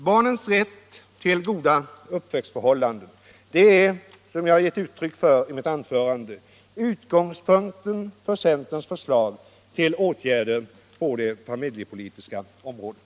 Barnens rätt till goda uppväxtförhållanden är — vilket jag har givit uttryck för i mitt anförande — utgångspunkten för centerns förslag till åtgärder på det familjepolitiska området.